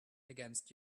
against